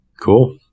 Cool